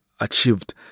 achieved